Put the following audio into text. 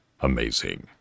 amazing